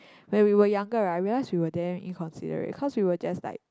when we were younger right we realized we were damn inconsiderate cause we were just like